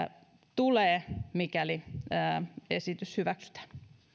tulee mikäli esitys hyväksytään